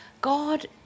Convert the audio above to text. God